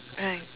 right